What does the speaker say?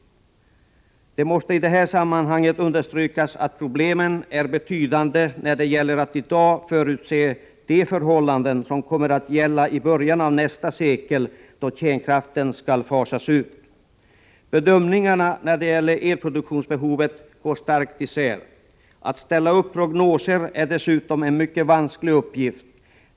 Det måste i sammanhanget understrykas att problemen är betydande när det gäller att i dag förutse de förhållanden som kommer att gälla i början av nästa sekel, då kärnkraften skall fasas ut. Bedömningarna när det gäller elproduktionsbehovet går starkt isär. Att ställa upp prognoser är dessutom en mycket vansklig uppgift.